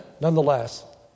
nonetheless